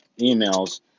emails